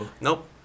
nope